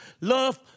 love